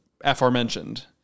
aforementioned